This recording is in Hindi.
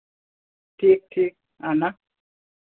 ठीक ठीक आना